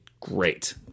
great